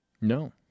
No